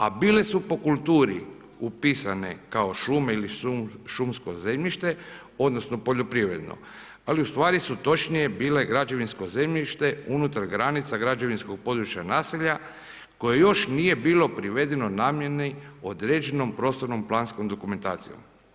A bile su po kulturi upisane kao šume ili šumsko zemljište, odnosno poljoprivredno ali ustvari su točnije bile građevinsko zemljište unutar granica građevinskog područja naselja koje još nije bilo privedeno namjerni određenom prostornom planskom dokumentacijom.